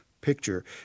picture